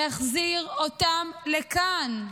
להחזיר אותם לכאן.